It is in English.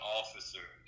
officer